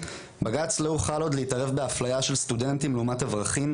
בג"צ לא יוכל עוד להתערב באפליה של סטודנטים לעומת אברכים,